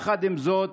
עם זאת,